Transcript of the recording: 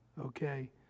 okay